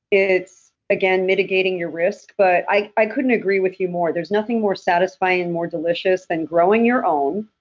it's again mitigating your risk. but i i couldn't agree with you more. there's nothing more satisfying and more delicious than growing your own.